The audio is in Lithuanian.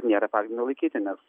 nėra pagrindo laikyti nes